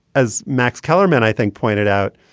as max kellerman, i think pointed out,